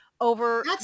over